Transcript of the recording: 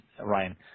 Ryan –